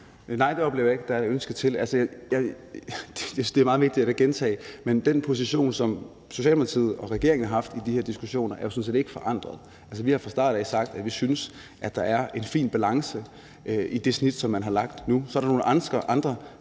er et ønske om. Jeg synes, det er meget vigtigt at gentage, at den position, som Socialdemokratiet og regeringen har haft i de her diskussioner, jo sådan set ikke er forandret. Altså, vi har fra starten af sagt, at vi synes, at der er en fin balance i det snit, som man har lagt nu. Så er der nogle andre,